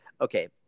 okay